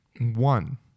One